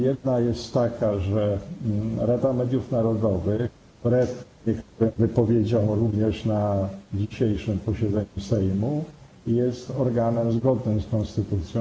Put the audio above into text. Jedna jest taka, że Rada Mediów Narodowych, wbrew niektórym wypowiedziom, które padły również na dzisiejszym posiedzeniu Sejmu, jest organem zgodnym z konstytucją.